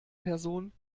person